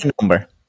number